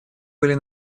были